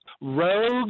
rogue